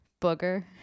Booger